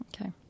Okay